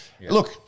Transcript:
look